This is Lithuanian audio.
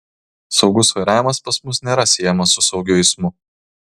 saugus vairavimas pas mus nėra siejamas su saugiu eismu